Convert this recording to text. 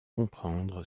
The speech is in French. comprendre